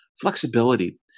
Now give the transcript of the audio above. Flexibility